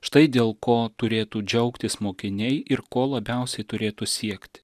štai dėl ko turėtų džiaugtis mokiniai ir ko labiausiai turėtų siekti